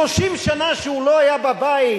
30 שנה שהוא לא היה בבית